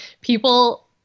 people